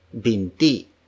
Binti